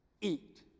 eat